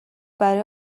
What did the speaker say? برای